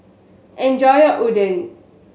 enjoy your Oden